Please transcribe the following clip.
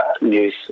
news